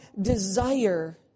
desire